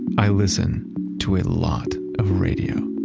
i listen to a lot of radio.